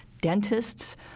dentists